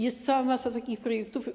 Jest cała masa takich projektów.